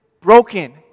broken